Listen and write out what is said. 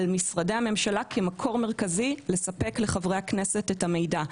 משרדי הממשלה כמקור מרכזי לספק לחברי הכנסת את המידע.